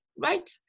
right